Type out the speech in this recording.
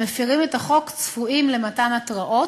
המפרים את החוק צפויים למתן התראות,